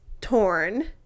torn